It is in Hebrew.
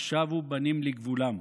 ושבו בנים לגבולם.